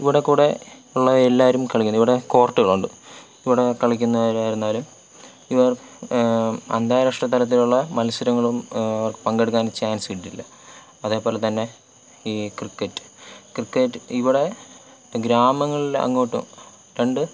ഇവിടെ കൂടെ ഉള്ള എല്ലാവരും കളിക്കുന്നു ഇവിടെ കോർട്ടുകളുണ്ട് ഇപ്പോൾ ഇവിടെ കളിക്കുന്നവരായിരുന്നാലും ഇവർ അന്താരാഷ്ട്ര തലത്തിലുള്ള മത്സരങ്ങളും അവർ പങ്കെടുക്കാൻ ചാൻസ് കിട്ടിയിട്ടില്ല അതേപോലെതന്നെ ഈ ക്രിക്കറ്റ് ക്രിക്കറ്റ് ഇവിടെ ഗ്രാമങ്ങളിലെ അങ്ങോട്ട് രണ്ട്